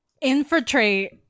infiltrate